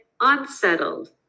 unsettled